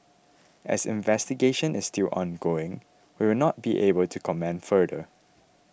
as investigation is still ongoing we will not be able to comment further